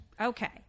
Okay